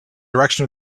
direction